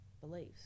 beliefs